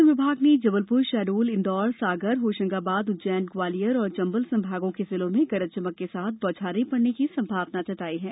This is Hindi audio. मौसम विभाग ने जबलपुर शहडोल इंदौर सागर भोपाल होशंगाबाद उज्जैन ग्वालियर और चंबल संभागों के जिलों में गरज चमक के साथ बौछारें पड़ने की संभावना जताई है